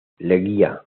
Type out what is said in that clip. leguía